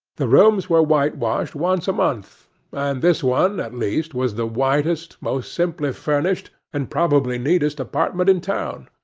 the rooms were whitewashed once a month and this one, at least, was the whitest, most simply furnished, and probably neatest apartment in town.